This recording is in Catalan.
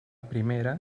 primera